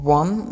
one